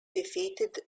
defeated